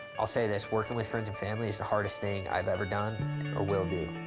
i'll say this. working with friends and family is the hardest thing i've ever done or will do.